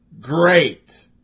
great